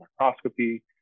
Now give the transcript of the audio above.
microscopy